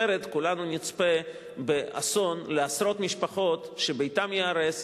אחרת כולנו נצפה באסון לעשרות משפחות שביתן ייהרס.